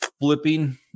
flipping